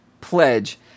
pledge